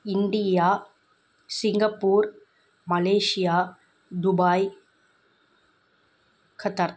India Singapore Malaysia Dubai Qatar